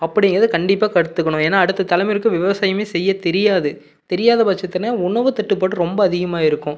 அப்படிங்கிறது கண்டிப்பாகக் கற்றுக்கணும் ஏன்னா அடுத்த தலைமுறைக்கு விவசாயமே செய்யத் தெரியாது தெரியாதப் பட்சத்தில் உணவுத் தட்டுப்பாடு ரொம்ப அதிகமாக இருக்கும்